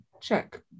check